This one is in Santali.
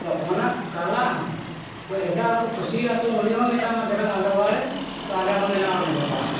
ᱛᱚ ᱚᱱᱟ ᱠᱟᱞᱟ ᱦᱚᱸ ᱮᱴᱟᱜ ᱦᱚᱲ ᱠᱚ ᱠᱩᱥ ᱤᱭᱟᱜᱼᱟ ᱛᱚ ᱩᱱᱤ ᱦᱚᱸ ᱢᱮᱛᱟᱢᱟ ᱫᱮᱞᱟᱝ ᱟᱞᱮ ᱚᱲᱟᱜ ᱨᱮ ᱛᱚ ᱟᱞᱮ ᱦᱚᱸ ᱵᱮᱱᱟ ᱟᱞᱮ ᱢᱟ ᱵᱟᱦᱟ ᱠᱚ